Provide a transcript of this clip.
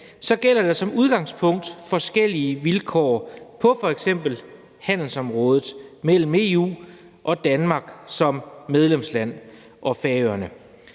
– gælder der som udgangspunkt forskellige vilkår på f.eks. handelsområdet mellem EU og Danmark som medlemsland og Færøerne.